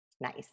Nice